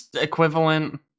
equivalent